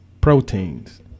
proteins